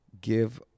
give